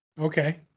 okay